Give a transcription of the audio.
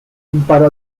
imparò